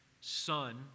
Son